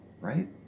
right